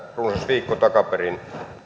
viikko takaperin